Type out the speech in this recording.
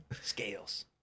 Scales